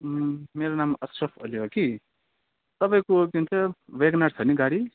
मेरो नाम असरफ अली हो कि तपाईँको के भन्छ वेगनर छ नि गाडी